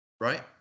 right